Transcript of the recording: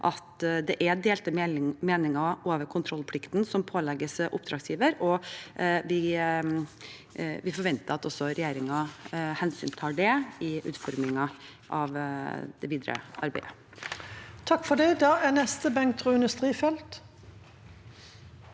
at det er delte meninger om kontrollplikten som pålegges oppdragsgiver, og vi forventer at regjeringen hensyntar det i utformingen av det videre arbeidet. Bengt Rune Strifeldt